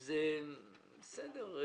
אז בסדר,